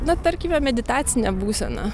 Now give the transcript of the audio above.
na tarkime meditacinę būseną